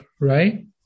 right